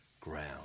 ground